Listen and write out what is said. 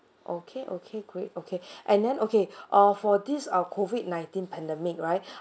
okay okay great okay and then okay uh for this uh COVID 19 pandemic right